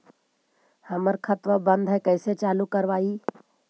हमर खतवा बंद है कैसे चालु करवाई?